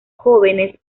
jóvenes